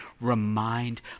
remind